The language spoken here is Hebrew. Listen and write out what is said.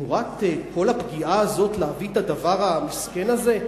תמורת כל הפגיעה הזאת להביא את הדבר המסכן זה?